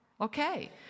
okay